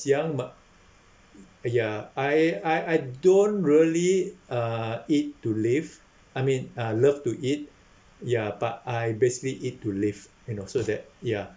young my uh ya I I I don't really uh eat to live I mean I love to eat ya but I basically eat to live and also that ya